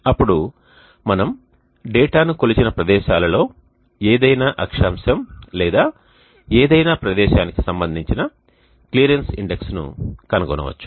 అప్పుడు మనం డేటాను కొలిచిన ప్రదేశాలలో ఏదైనా అక్షాంశం లేదా ఏదైనా ప్రదేశానికి సంబంధించిన క్లియరెన్స్ ఇండెక్స్ను కనుగొనవచ్చు